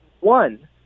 one